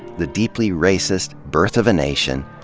the deeply racist birth of a nation,